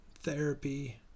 therapy